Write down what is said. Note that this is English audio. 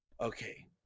okay